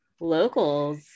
locals